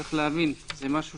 צריך להבין, זה משהו